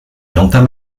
entame